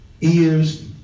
ears